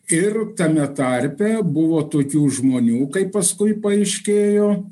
ir tame tarpe buvo tokių žmonių kaip paskui paaiškėjo